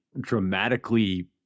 dramatically